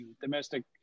domestic